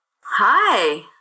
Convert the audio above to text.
Hi